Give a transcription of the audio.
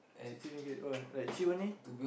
sixty ringgit what like cheap only